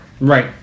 Right